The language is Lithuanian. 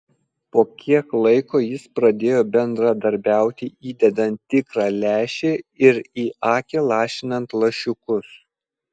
po kiek laiko jis pradėjo bendradarbiauti įdedant tikrą lęšį ir į akį lašinant lašiukus